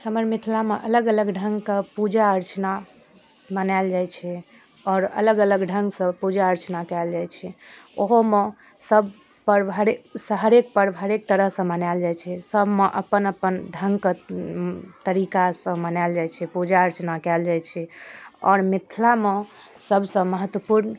हमर मिथिलामे अलग अलग ढंग शके पूजा अर्चना मनायल जाइ छै आओर अलग अलग ढंगसँ पूजा अर्चना कयल जाइ छै ओहोमे सब पर्ब हरेक हरेक पर्ब हरेक तरहसँ मनायल जाइ छै सबमे अपन अपन ढंगके तरीका सँ मनायल जाइ छै पूजा अर्चना काएल जाइ छै आओर मिथिलामे सबसँ महत्वपूर्ण